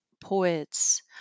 poets